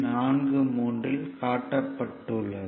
43 இல் காட்டப்பட்டுள்ளது